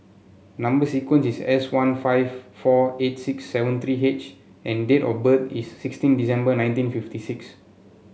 number sequence is S one five four eight six seven three H and date of birth is sixteen December nineteen fifty six